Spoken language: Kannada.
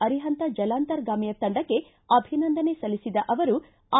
ಅರಿಹಂತ ಜಲಾಂತರ್ಗಾಮಿಯ ತಂಡಕ್ಕೆ ಅಭಿನಂದನೆ ಸಲ್ಲಿಸಿದ ಅವರು ಐ